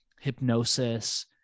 hypnosis